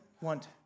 want